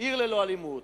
"עיר ללא אלימות".